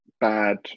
bad